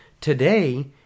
Today